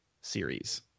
series